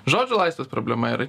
žodžio laisvės problema yra